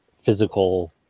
physical